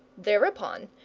thereupon,